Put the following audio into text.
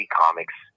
comics